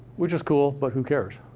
which is cool, but who cares?